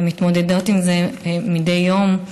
ומתמודדות עם זה מדי יום.